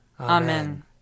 Amen